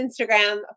Instagram